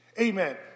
Amen